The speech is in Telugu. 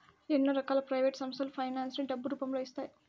ఎన్నో రకాల ప్రైవేట్ సంస్థలు ఫైనాన్స్ ని డబ్బు రూపంలో ఇస్తాయి